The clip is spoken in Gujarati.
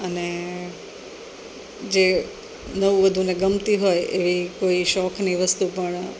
અને જે નવવધુને ગમતી હોય એવી કોઈ શોખની વસ્તુ પણ